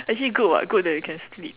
actually good [what] good that you can sleep